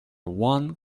one